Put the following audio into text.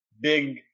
big